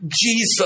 Jesus